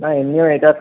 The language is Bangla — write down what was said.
না এমনিও এটা